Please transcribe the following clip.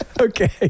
Okay